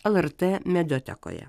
lrt mediatekoje